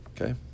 Okay